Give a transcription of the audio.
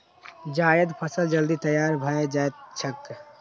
जायद फसल जल्दी तैयार भए जाएत छैक